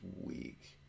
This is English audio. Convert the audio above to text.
week